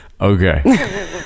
Okay